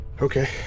Okay